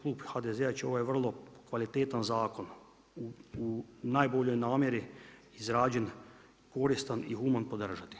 Klub HDZ-a će ovaj vrlo kvalitetan zakon u najboljoj namjeri izrađen koristan i human podržati.